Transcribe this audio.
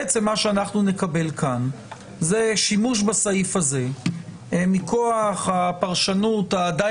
מה שנקבל כאן זה שימוש בסעיף הזה מכוח הפרשנות הדי